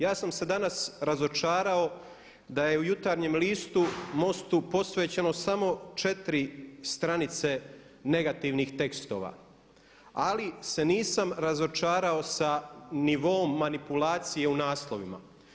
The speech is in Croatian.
Ja sam se danas razočarao da je u Jutarnjem listu MOST-u posvećeno samo 4 stranice negativnih tekstova ali se nisam razočarao sa nivoom manipulacije u naslovima.